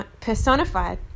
personified